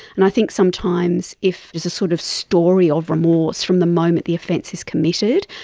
and i think sometimes if there's a sort of story of remorse from the moment the offence is committed,